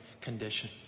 condition